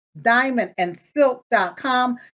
DiamondAndSilk.com